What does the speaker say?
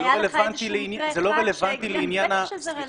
זה לא רלוונטי לעניין -- בטח שזה רלוונטי.